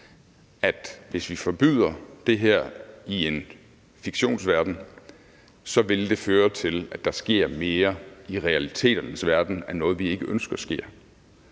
at hvis vi forbyder det her i en fiktionsverden, vil det føre til, at der sker mere i realiteternes verden af noget, vi ikke ønsker sker.